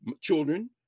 children